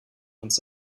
uns